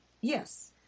yes